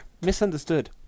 Misunderstood